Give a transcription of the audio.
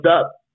up